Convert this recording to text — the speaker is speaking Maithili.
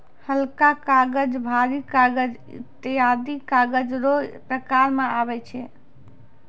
हलका कागज, भारी कागज ईत्यादी कागज रो प्रकार मे आबै छै